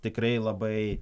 tikrai labai